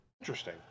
Interesting